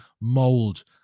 mold